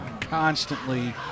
constantly